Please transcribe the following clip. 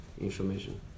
information